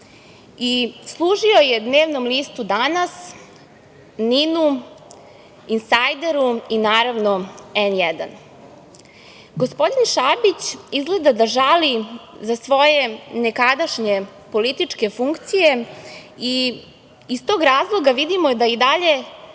Služio je dnevnom listu „Danas“, „Ninu“, „Insajderu“ i ,naravno, "N1".Gospodin Šabić izgleda da žali za svojom nekadašnjom političkom funkcijom i iz tog razloga vidimo da i dalje